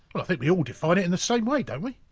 i think we all define it and the same way don't we?